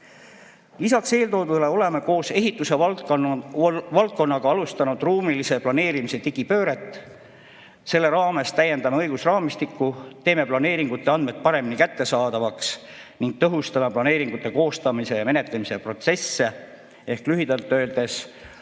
Lisaks eeltoodule oleme koos ehituse valdkonnaga alustanud ruumilise planeerimise digipööret. Selle raames täiendame õigusraamistikku, teeme planeeringute andmed paremini kättesaadavaks ning tõhustame planeeringute koostamise ja menetlemise protsesse. Ehk lühidalt öeldes